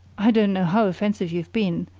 i don't know how offensive you've been,